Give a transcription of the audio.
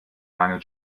mangel